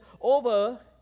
over